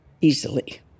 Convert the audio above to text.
easily